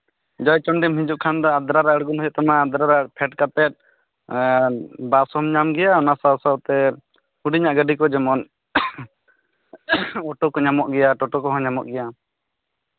ᱡᱚᱭᱪᱚᱱᱰᱤᱢ ᱦᱤᱡᱩᱜ ᱠᱷᱟᱱ ᱫᱚ ᱟᱫᱽᱨᱟ ᱨᱮ ᱟᱬᱜᱚᱱ ᱦᱩᱭᱩᱜ ᱛᱟᱢᱟ ᱟᱫᱽᱨᱟ ᱨᱮ ᱯᱷᱮᱰ ᱠᱟᱛᱮ ᱵᱟᱥ ᱦᱚᱢ ᱧᱟᱢ ᱜᱮᱭᱟ ᱚᱱᱟ ᱥᱟᱶᱼᱥᱟᱶᱛᱮ ᱥᱮ ᱦᱩᱰᱤᱧᱟᱜ ᱜᱟᱹᱰᱤ ᱠᱚ ᱡᱮᱢᱚᱱ ᱚᱴᱳ ᱠᱚ ᱧᱟᱢᱚᱜ ᱜᱮᱭᱟ ᱴᱳᱴᱳ ᱠᱚᱦᱚᱸ ᱧᱟᱢᱚᱜ ᱜᱮᱭᱟ